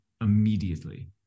immediately